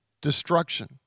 destruction